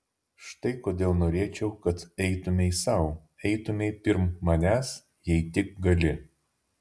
štai kodėl norėčiau kad eitumei sau eitumei pirm manęs jei tik gali